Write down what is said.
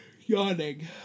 Yawning